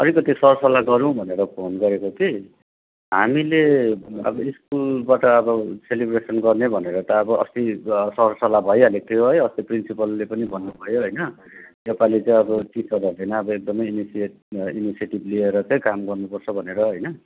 अलिकति सर सल्लाह गरौँ भनेर फोन गरेको कि हामीले अब स्कुलबाट अब सेलिब्रेसन गर्ने भनेर त अब अस्ति सर सल्लाह भइहालेको थियो है अस्ति प्रिन्सिपलले पनि भन्नुभयो होइन योपालि चाहिँ अब टिचरहरूले नै अब एकदमै इनिसिएट इनिसिएटिभ लिएर चाहिँ काम गर्नुपर्छ भनेर होइन